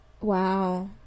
wow